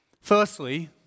Firstly